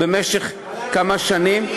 במשך כמה שנים.